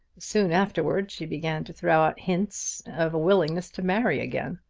soon afterward she began to throw out hints of a willingness to marry again.